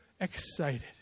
excited